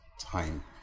time